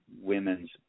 Women's